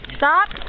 Stop